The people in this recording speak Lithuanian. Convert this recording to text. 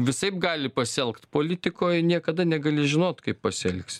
visaip gali pasielgt politikoj niekada negali žinot pasielgs